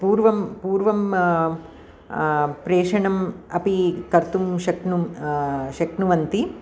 पूर्वं पूर्वम् प्रेषणम् अपि कर्तुं शक्नुं शक्नुवन्ति